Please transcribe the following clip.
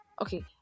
Okay